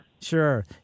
Sure